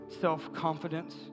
self-confidence